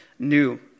New